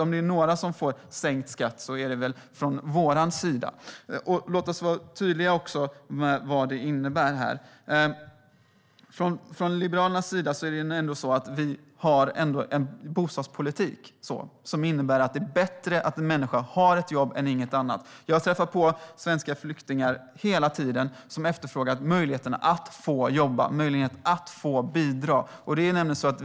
Om det är några som ger sänkt skatt är det väl vi. Låt oss vara tydliga med vad det här innebär. Liberalerna har en bostadspolitik som innebär att det är bättre att människor har jobb än att de inte har det. Jag träffar flyktingar hela tiden som efterfrågar möjligheterna att få jobba och bidra.